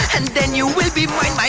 and then you'll be mine.